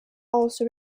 also